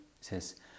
says